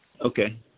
Okay